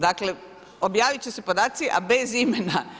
Dakle, objaviti će se podaci ali bez imena.